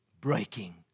breaking